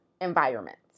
environments